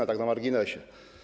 To tak na marginesie.